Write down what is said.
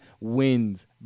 wins